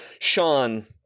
Sean